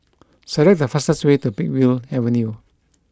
select the fastest way to Peakville Avenue